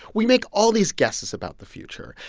we make all these guesses about the future,